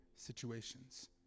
situations